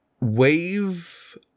Wave